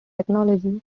technology